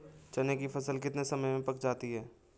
चने की फसल कितने समय में पक जाती है?